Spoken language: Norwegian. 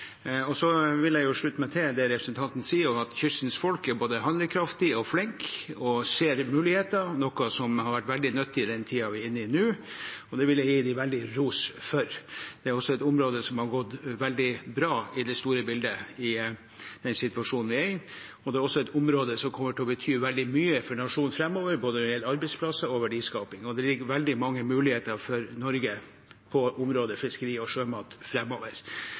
Jeg vil slutte meg til det som representanten sier om at kystens folk både er handlekraftige og flinke og ser muligheter, noe som har vært veldig nyttig i den tiden vi er inne i nå. Det vil jeg gi dem veldig stor ros for. Dette er også et område som har gått veldig bra i det store bildet, i den situasjonen vi er i. Det er også et område som kommer til å bety veldig mye for nasjonen framover, når det gjelder både arbeidsplasser og verdiskaping. Det ligger veldig mange muligheter for Norge på området fiskeri og sjømat